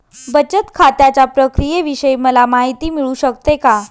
बचत खात्याच्या प्रक्रियेविषयी मला माहिती मिळू शकते का?